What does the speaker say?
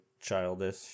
childish